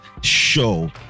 show